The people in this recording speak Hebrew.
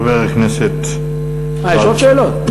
חבר הכנסת, אה, יש עוד שאלות?